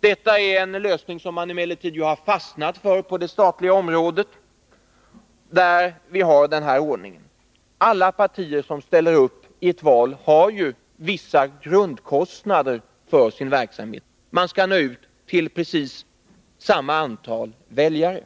Detta är emellertid den lösning som man har fastnat för på det statliga området. Alla partier som ställer upp i ett val har vissa grundkostnader för sin verksamhet — man skall nå ut till precis samma antal väljare.